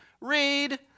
Read